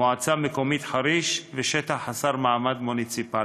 מועצה מקומית חריש ושטח חסר מעמד מוניציפלי,